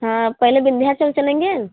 हाँ पहले विंध्याचल चलेंगे